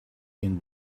can